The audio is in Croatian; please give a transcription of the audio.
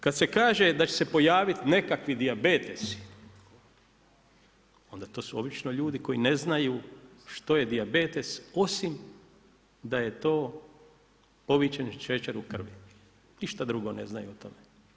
Kada se kaže da će se pojaviti nekakvi dijabetesi onda to su obično ljudi koji ne znaju što je dijabetes osim da je to povišen šećer u krvi, ništa drugo ne znaju o tome.